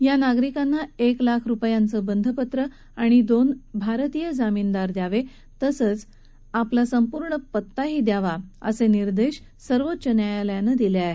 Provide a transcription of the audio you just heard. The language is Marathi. या नागरिकांना एक लाख रुपयांचं बंधपत्र आणि दोन भारतीय जामीनदार द्यावे तसंच आपला संपूर्ण पत्ताही द्यावे असे निर्देश सर्वोच्च न्यायालयानं दिले आहेत